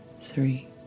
three